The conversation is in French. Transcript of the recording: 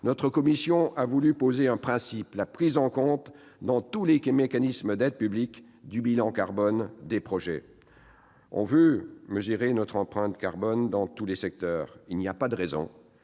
Notre commission a voulu poser un principe : la prise en compte dans tous les mécanismes d'aides publiques du bilan carbone des projets. On veut mesurer notre empreinte carbone dans tous les secteurs. Il n'y a pas de raison